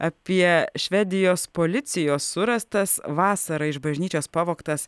apie švedijos policijos surastas vasarą iš bažnyčios pavogtas